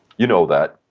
you know that.